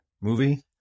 movie